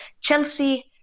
Chelsea